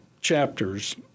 chapters